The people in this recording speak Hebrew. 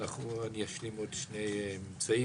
אני אשלים עוד שני ממצאים.